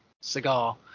cigar